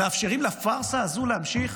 מאפשרים לפארסה הזו להמשיך